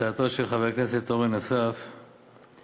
הצעתו של חבר הכנסת אורן אסף חזן,